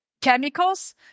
chemicals